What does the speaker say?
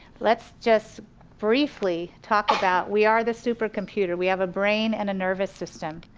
let's just briefly talk about, we are the supercomputer, we have a brain, and a nervous system.